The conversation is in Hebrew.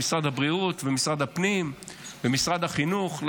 משרד הבריאות ומשרד הפנים ומשרד החינוך,